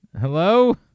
hello